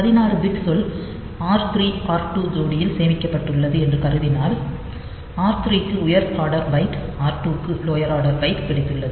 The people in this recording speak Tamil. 16 பிட் சொல் r3 r2 ஜோடியில் சேமிக்கப்பட்டுள்ளது என்று கருதினால் r 3 க்கு உயர் ஆர்டர் பைட் r2 க்கு லோயர் ஆர்டர் பைட் கிடைத்துள்ளது